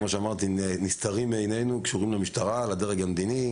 נסתרות מעינינו וקשורות למשטרה ולדרג המדיני